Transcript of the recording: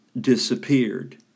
disappeared